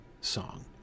song